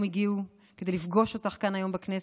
הגיעו כדי לפגוש אותך כאן היום בכנסת,